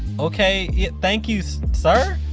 okay yeah thank you, sir?